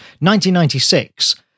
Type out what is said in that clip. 1996